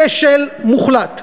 כשל מוחלט.